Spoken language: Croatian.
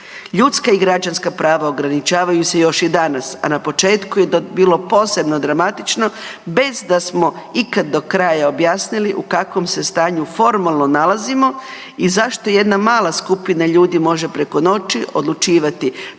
Ljudska i građanska prava ograničavaju se još i danas a na početku je to bilo posebno dramatično, bez da smo ikad do kraja objasnili o kakvom se stanju formalno nalazimo i zašto jedna mala skupina ljudi može preko noći odlučivati da